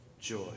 joy